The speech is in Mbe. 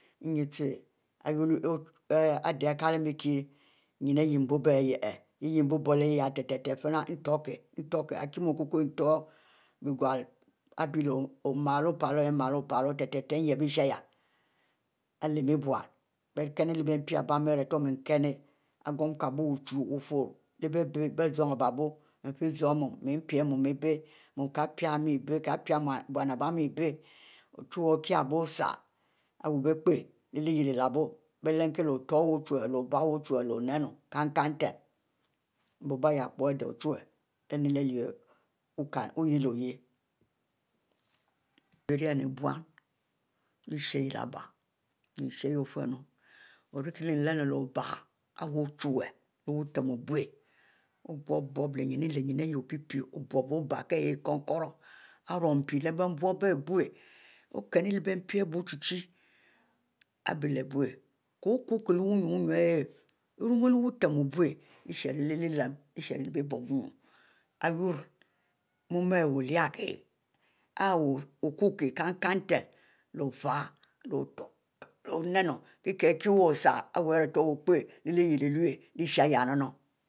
Ari adeh ari lkiehniekieh ninne arieh nbuieh yehich yeh nbri-leh yeh tehtchie yey ntekie-ntekieh arikie okuukwue teh h, leh-bie gle aribie nmiele kieh omrlo-piel teh-tehieh nyep ishieh ari lehmie buinni bie kennu biekennu leh bie mpi aribie mieh. lbie miel kennu igoum-kiebuie ari mie kenn, leh wufurro leh bieee ari biebuw, mefieh zum mu, mu kie piee mie abie, mu kie pieh lbie mie abieh, kie pieh bum ari mie abie ochuwue okie aribiu osrri wubie pie lyieh Ilehbu, belem kie leh otttwe wu ochuwue, leh obiu wu ochuwue, kenieh-kenieh nten, nbiubu ari pie ochuwel leh leneh kiel wuelylo ohieh nue abie lriehnu boum, leh-lshieh lyeh lebie. lshieh fumu orieh leh lehu leh obie ari wu ochuwue, biutem obiu leh obui-buieh leh ninnu ari ihieh pie pieh obiubu oh bierkie kokrri, ari rumpi leh biebuimbo ari bieleh biu kkwu kiee leh wunu ljieh lhieh, ari rumu leh butem obiu lshiro leh leni lshir leh lehbieu wunu ari wu mu lhieh, wulikieh wuko kie kenn-kenn nten lofieh loute leh-oninu kie-kieh lkieh wu srri iwupieh leh yleh lyuo leh shinnu